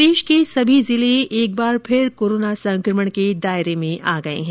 प्रदेश के सभी जिले एक बार फिर कोरोना संकमण के दायरे में आ गए है